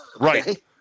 Right